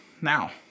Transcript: Now